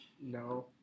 No